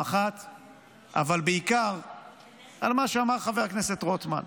אבל בעיקר על מה שאמר חבר הכנסת רוטמן: